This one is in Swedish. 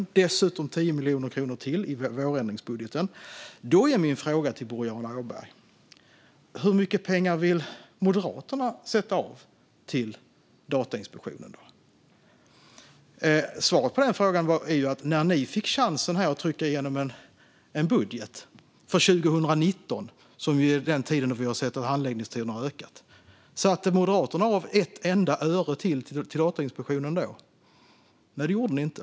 Det är dessutom 10 miljoner kronor till i vårändringsbudgeten. Min fråga till Boriana Åberg är: Hur mycket pengar vill Moderaterna sätta av till Datainspektionen? Svaret på den frågan är att när ni fick chansen att trycka igenom en budget för 2019, som är den tid där vi har sett att handläggningstiderna har ökat, satte Moderaterna av ett enda öre till Datainspektionen då? Nej, det gjorde ni inte.